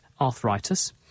arthritis